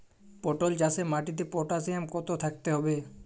পটল চাষে মাটিতে পটাশিয়াম কত থাকতে হবে?